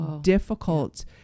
difficult